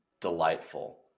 delightful